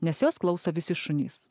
nes jos klauso visi šunys